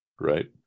right